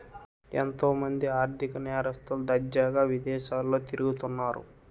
ఎంతో మంది ఆర్ధిక నేరస్తులు దర్జాగా విదేశాల్లో తిరుగుతన్నారు